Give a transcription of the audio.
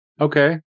Okay